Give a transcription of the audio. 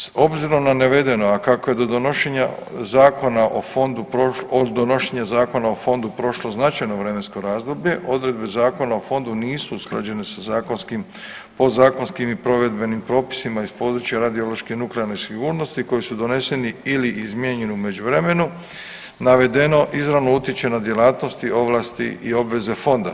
S obzirom na navedeno, a kako je do donošenja Zakona o fondu prošlo, od donošenja Zakona o fondu prošlo značajno vremensko razdoblje odredbe Zakona o fondu nisu usklađene sa zakonskim, podzakonskim i provedbenim propisima iz područja radiološke i nuklearne sigurnosti koji su doneseni ili izmijenjeni u međuvremenu navedeno izravno utječe na djelatnosti, ovlasti i oblasti fonda.